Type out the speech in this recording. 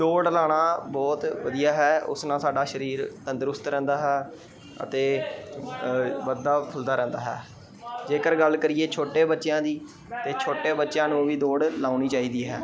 ਦੌੜ ਲਾਉਣਾ ਬਹੁਤ ਵਧੀਆ ਹੈ ਉਸ ਨਾਲ ਸਾਡਾ ਸਰੀਰ ਤੰਦਰੁਸਤ ਰਹਿੰਦਾ ਹੈ ਅਤੇ ਵੱਧਦਾ ਫੁੱਲਦਾ ਰਹਿੰਦਾ ਹੈ ਜੇਕਰ ਗੱਲ ਕਰੀਏ ਛੋਟੇ ਬੱਚਿਆਂ ਦੀ ਤਾਂ ਛੋਟੇ ਬੱਚਿਆਂ ਨੂੰ ਵੀ ਦੌੜ ਲਾਉਣੀ ਚਾਹੀਦੀ ਹੈ